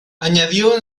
añadió